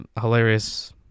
hilarious